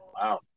wow